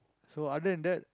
so other than that